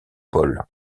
paul